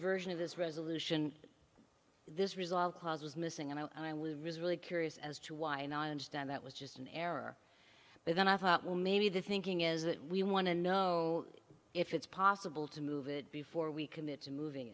version of this resolution this rizal clause was missing and i was really curious as to why and i understand that was just an error but then i thought well maybe the thinking is that we want to know if it's possible to move it before we commit to moving